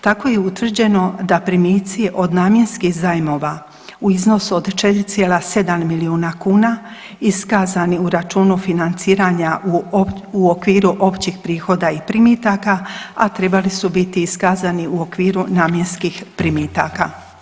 Tako je utvrđeno da primici od namjenskih zajmova u iznosu od 4,7 milijuna kuna iskazani u računu financiranja u okviru općih prihoda i primitaka, a trebali su biti iskazani u okviru namjenskih primitaka.